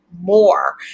more